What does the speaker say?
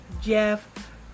Jeff